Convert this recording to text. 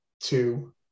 Two